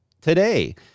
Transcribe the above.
today